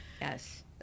Yes